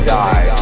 die